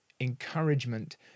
Encouragement